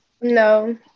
No